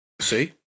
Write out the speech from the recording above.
See